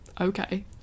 okay